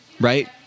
Right